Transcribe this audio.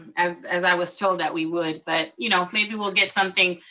as as i was told that we would. but you know maybe we'll get something.